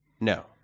No